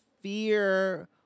fear